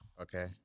Okay